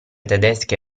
tedesche